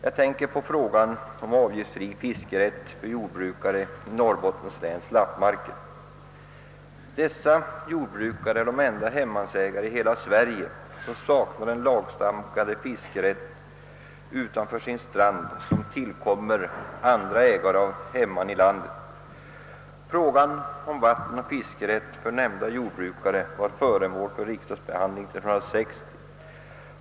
Jag tänker på frågan om avgiftsfri fiskerätt för jordbrukare i Norrbottens läns lappmarker. Dessa jordbrukare är de enda hemmansägare i hela Sverige som saknar sådan lagstadgad fiskerätt utanför sin strand, vilken tillkommer andra ägare av hemman i landet. Frågan om vattenoch fiskerätt för nämnda jordbrukare var föremål för riksdagsbehandling 1960.